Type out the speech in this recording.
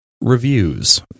reviews